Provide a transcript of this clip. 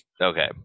Okay